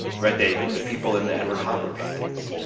right? they, the people in the edward hopper paintings.